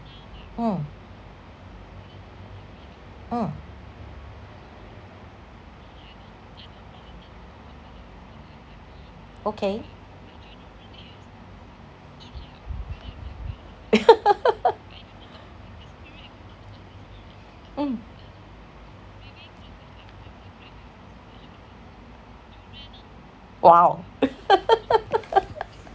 mm mm okay mm !wow!